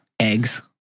Eggs